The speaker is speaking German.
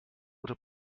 oder